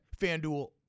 FanDuel